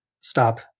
Stop